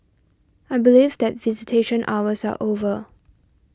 I believe that visitation hours are over